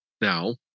now